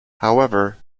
however